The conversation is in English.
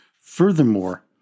Furthermore